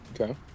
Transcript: Okay